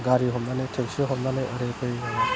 गारि हमनानै टेक्सि हमनानै ओरै फै होननानै